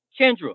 Kendra